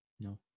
No